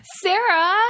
Sarah